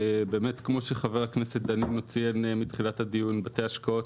כפי שציין חבר הכנסת דנינו מתחילת הדיון בתי השקעות